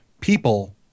people